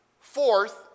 Fourth